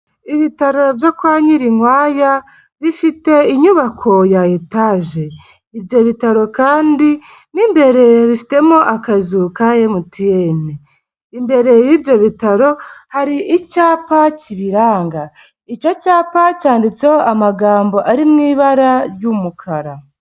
Ibitaro byo kwa Nyirinkwaya bifite inyubako ya etaje. Ibyo bitaro kandi mo imbere bifitemo akazu ka MTN. Imbere y'ibyo bitaro hari icyapa kibiranga. Icyo cyapa cyanditseho amagambo ari mu ibara ry'umukara.